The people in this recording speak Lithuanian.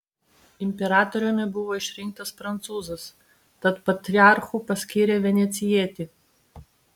imperatoriumi buvo išrinktas prancūzas tad patriarchu paskyrė venecijietį